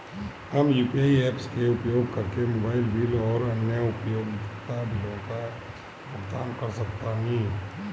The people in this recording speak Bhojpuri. हम यू.पी.आई ऐप्स के उपयोग करके मोबाइल बिल आउर अन्य उपयोगिता बिलों का भुगतान कर सकतानी